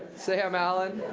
sam allen.